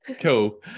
Cool